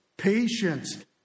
patience